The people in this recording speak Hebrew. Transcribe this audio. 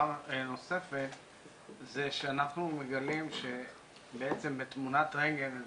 זה שאנחנו מגלים בעצם בתמונת רנטגן את